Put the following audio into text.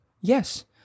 yes